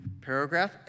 paragraph